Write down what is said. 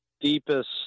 deepest